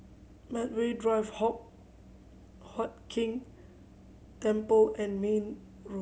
Medway Drive Hock Huat Keng Temple and Mayne Road